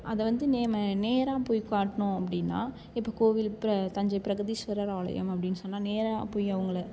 அதை வந்து நம்ம நேராக போய் காட்டினோம் அப்படினா இப்போ கோவில் பிர தஞ்சை பிரகதீஸ்வரர் ஆலயம் அப்படினு சொன்னால் நேராக போய் அவங்கள